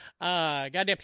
Goddamn